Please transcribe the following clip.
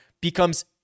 becomes